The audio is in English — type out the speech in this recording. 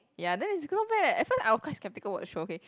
ya then it's not bad leh at first I was quite sceptical to watch the show okay